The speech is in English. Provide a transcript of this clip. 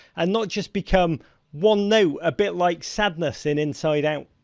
and not just become one-note, a bid like sadness in inside out?